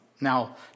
Now